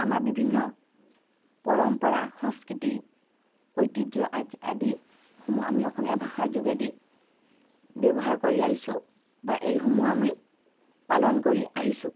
আমাৰ বিভিন্ন পৰম্পৰা সংস্কৃতি ঐতিহ্য আদিসমূহ আমি অসমীয়া ভাষাৰ যোগেদি ব্যৱহাৰ কৰি আহিছোঁ বা এইসমূহ আমি পালন কৰি আহিছোঁ